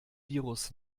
virus